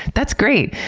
that's great.